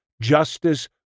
justice